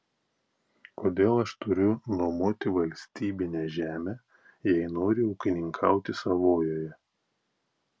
kodėl aš turiu nuomoti valstybinę žemę jei noriu ūkininkauti savojoje